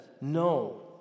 no